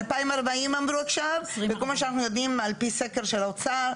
2040 אמרו עכשיו וכל מה שאנחנו יודעים על פי סקר של האוצר,